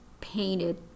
painted